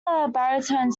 baritone